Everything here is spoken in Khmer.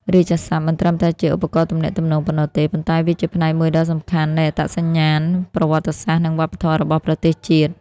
រាជសព្ទមិនត្រឹមតែជាឧបករណ៍ទំនាក់ទំនងប៉ុណ្ណោះទេ ប៉ុន្តែវាជាផ្នែកមួយដ៏សំខាន់នៃអត្តសញ្ញាណប្រវត្តិសាស្ត្រ និងវប្បធម៌របស់ប្រទេសជាតិ។